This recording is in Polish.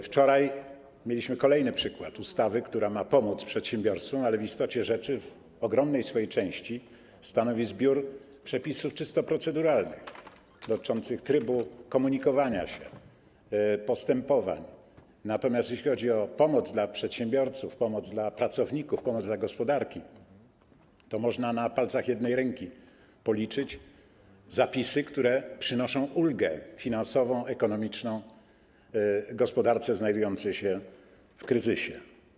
Wczoraj mieliśmy kolejny przykład ustawy, która ma pomóc przedsiębiorcom, ale w istocie rzeczy w ogromnej swojej części stanowi zbiór przepisów czysto proceduralnych, dotyczących trybu komunikowania się, postępowań, natomiast jeśli chodzi o pomoc dla przedsiębiorców, pomoc dla pracowników, pomoc dla gospodarki, to można na palcach jednej ręki policzyć zapisy, które przynoszą ulgę finansową, ekonomiczną gospodarce znajdującej się w kryzysie.